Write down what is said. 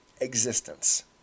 existence